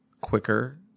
quicker